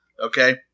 Okay